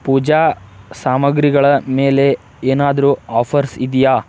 ಪೂಜಾ ಸಾಮಗ್ರಿಗಳ ಮೇಲೆ ಏನಾದರೂ ಆಫರ್ಸ್ ಇದೆಯಾ